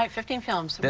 like fifteen films,